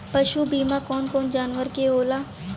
पशु बीमा कौन कौन जानवर के होला?